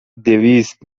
دویست